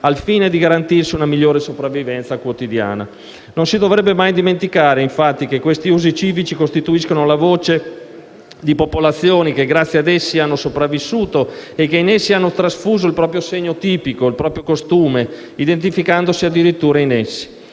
al fine di garantirsi una migliore sopravvivenza quotidiana. Non si dovrebbe mai dimenticare, infatti, che questi usi civici costituiscono la voce di popolazioni, che grazie ad essi hanno sopravvissuto e che in essi hanno trasfuso il proprio segno tipico, il proprio costume, identificandosi addirittura in essi.